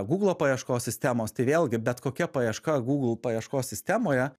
gūglo paieškos sistemos tai vėlgi bet kokia paieška google paieškos sistemoje